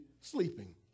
sleeping